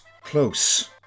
close